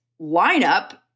lineup—